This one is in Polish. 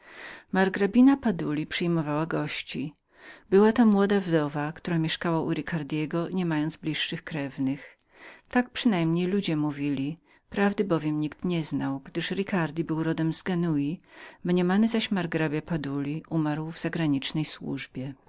margrabina baduli przyjmowała gości była to młoda wdowa która mieszkała u ricardego nie mając bliższych krewnych tak przynajmniej ludzie mówili prawdy bowiem nikt nie wiedział gdyż ricardi był rodem z genui mniemany zaś margrabia baduli umarł w zagranicznej służbie